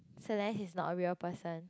Celeste is not a real person